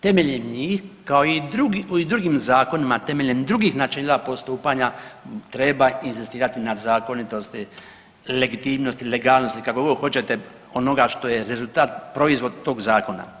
Temeljem njih kao i u drugim zakonima temeljem drugih načela postupanja treba inzistirati na zakonitosti, legitimnosti, legalnosti kako god hoćete onoga što je rezultat, proizvod tog zakona.